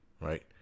right